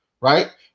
Right